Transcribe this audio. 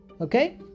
Okay